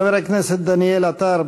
חבר הכנסת דניאל עטר,